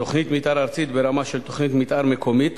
תוכנית מיתאר ארצית ברמה של תוכנית מיתאר מקומית,